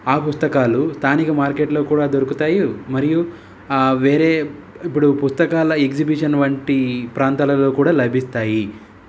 ఆ పుస్తకాలు స్థానిక మార్కెట్లో కూడా దొరుకుతాయి మరియు వేరే ఇప్పుడు పుస్తకాల ఎగ్జిబిషన్ వంటి ప్రాంతాలలో కూడా లభిస్తాయి